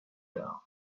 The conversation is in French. tard